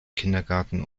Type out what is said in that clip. kindergärten